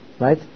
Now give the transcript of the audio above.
Right